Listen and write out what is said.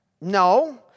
no